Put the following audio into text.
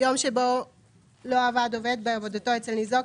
יום שבו לא עבד עובד בעבודתו אצל ניזוק,